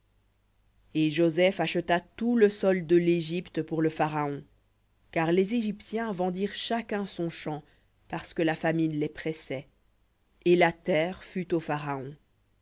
et joseph acheta tout le sol de l'égypte pour le pharaon car les égyptiens vendirent chacun son champ parce que la famine les pressait et la terre fut au pharaon